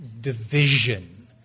division